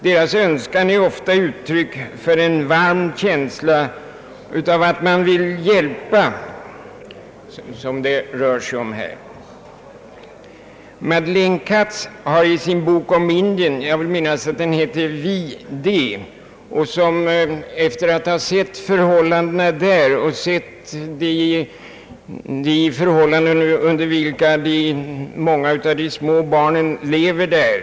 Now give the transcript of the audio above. Deras önskan är ofta ett uttryck för en varm känsla och en vilja att hjälpa. Madeleine Kats har i sin bok om Indien, »Jag... de», skildrat de förhållanden under vilka många små barn lever där.